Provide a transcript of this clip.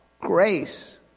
grace